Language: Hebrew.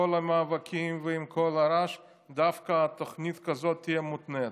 המאבקים וכל הרעש דווקא תוכנית כזאת תהיה מותנית.